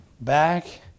back